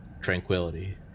tranquility